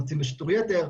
מוצאים בשיטור יתר.